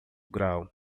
grau